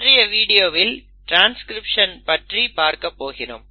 இன்றைய வீடியோவில் ட்ரான்ஸ்கிரிப்ஷன் பற்றி பார்க்கப்போகிறோம்